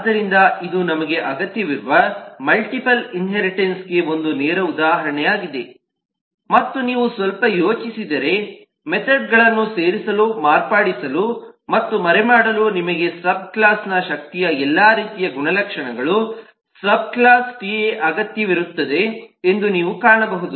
ಆದ್ದರಿಂದ ಇದು ನಮಗೆ ಅಗತ್ಯವಿರುವ ಮಲ್ಟಿಪಲ್ ಇನ್ಹೇರಿಟನ್ಸ್ಗೆ ಒಂದು ನೇರ ಉದಾಹರಣೆಯಾಗಿದೆ ಮತ್ತು ನೀವು ಸ್ವಲ್ಪ ಹೆಚ್ಚು ಯೋಚಿಸಿದರೆ ಮೆಥೆಡ್ಗಳನ್ನು ಸೇರಿಸಲು ಮಾರ್ಪಡಿಸಲು ಮತ್ತು ಮರೆಮಾಡಲು ನಿಮಗೆ ಸಬ್ ಕ್ಲಾಸ್ನ ಶಕ್ತಿಯ ಎಲ್ಲಾ ರೀತಿಯ ಗುಣಲಕ್ಷಣಗಳು ಸಬ್ ಕ್ಲಾಸ್ ಟಿಎನ ಅಗತ್ಯವಿರುತ್ತದೆ ಎಂದು ನೀವು ಕಾಣಬಹುದು